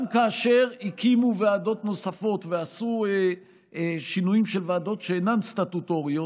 גם כאשר הקימו ועדות נוספות ועשו שינויים של ועדות שאינן סטטוטוריות,